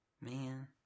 Man